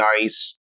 nice